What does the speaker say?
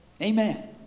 Amen